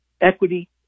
equity